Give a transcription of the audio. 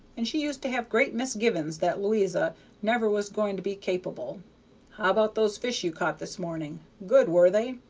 and she used to have great misgivin's that lo'isa never was going to be capable. how about those fish you caught this morning? good, were they?